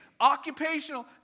occupational